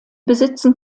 besitzen